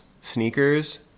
sneakers